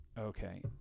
Okay